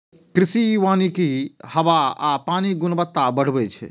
कृषि वानिक हवा आ पानिक गुणवत्ता बढ़बै छै